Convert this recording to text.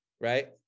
right